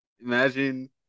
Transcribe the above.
imagine